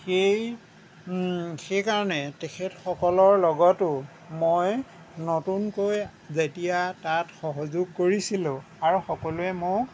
সেই সেই কাৰণে তেখেতসকলৰ লগতো মই নতুনকৈ যেতিয়া তাত সহযোগ কৰিছিলোঁ আৰু সকলোৱে মোক